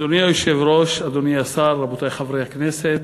אדוני היושב-ראש, אדוני השר, רבותי חברי הכנסת,